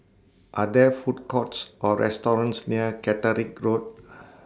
Are There Food Courts Or restaurants near Caterick Road